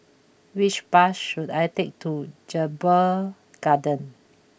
which bus should I take to Jedburgh Garden